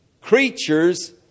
creatures